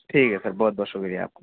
ٹھیک ہے سر بہت بہت شکریہ